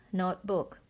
notebook